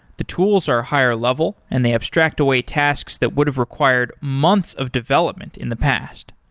the tools are higher level and they abstract away tasks that would have required months of development in the past.